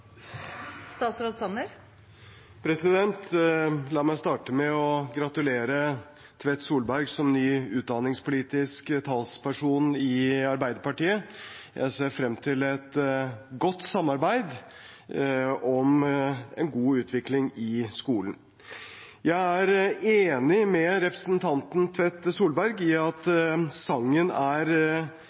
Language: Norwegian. La meg starte med å gratulere representanten Tvedt Solberg som ny utdanningspolitisk talsperson i Arbeiderpartiet! Jeg ser frem til et godt samarbeid om en god utvikling i skolen. Jeg er enig med representanten Tvedt Solberg i at sangen er